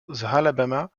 alabama